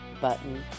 button